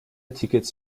tickets